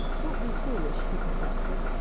don't be foolish, he protested.